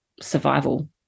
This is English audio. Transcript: survival